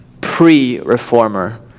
pre-Reformer